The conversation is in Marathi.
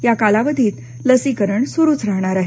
या कालावधीत लसीकरण सुरूच राहणार आहे